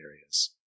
areas